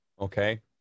Okay